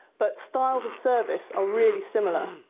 but styles of service are really similar.